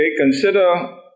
Consider